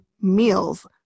meals